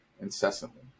incessantly